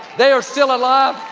they are still alive.